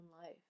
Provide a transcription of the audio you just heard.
life